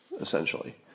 essentially